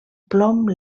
plom